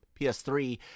PS3